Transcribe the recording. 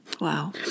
Wow